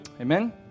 Amen